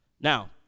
now